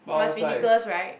must be Nicholas right